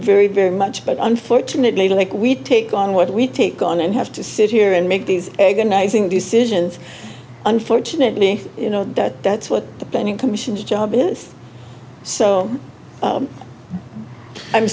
very very much but unfortunately like we take on what we take on and have to sit here and make these agonizing decisions unfortunately you know that's what the planning commissions job is so